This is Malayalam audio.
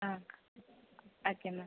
ആ ഓക്കെ മാം